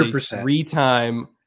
three-time